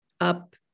up